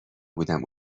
بودم